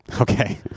Okay